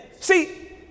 See